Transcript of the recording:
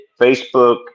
Facebook